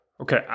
okay